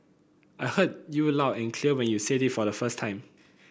I heard you loud and clear when you said it for the first time